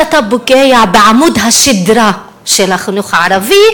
כאשר אתה פוגע בעמוד השדרה של החינוך הערבי,